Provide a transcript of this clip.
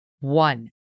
one